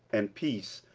and peace,